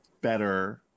better